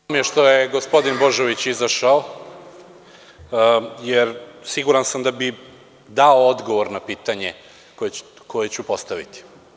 Žao mi je što je gospodin Božović izašao, jer siguran sam da bi dao odgovor na pitanje koje ću postaviti.